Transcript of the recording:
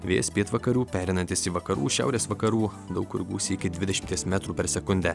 vėjas pietvakarių pereinantis į vakarų šiaurės vakarų daug kur gūsiai iki dvidešimties metrų per sekundę